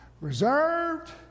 reserved